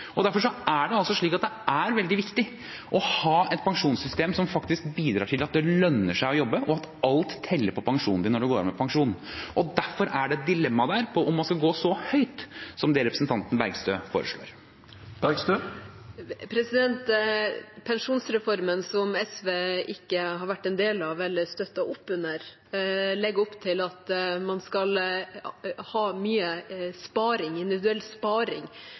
Derfor er det veldig viktig å ha et pensjonssystem som bidrar til at det lønner seg å jobbe, og at alt teller på pensjonen når man går av med pensjon. Derfor er det et dilemma der med tanke på om man skal gå så høyt som det representanten Bergstø foreslår. Pensjonsreformen, som SV ikke har vært en del av eller støttet opp under, legger opp til at man skal ha mye individuell sparing